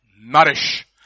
Nourish